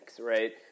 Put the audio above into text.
right